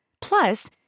Plus